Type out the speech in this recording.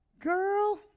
Girl